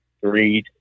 three